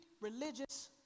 religious